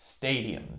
stadiums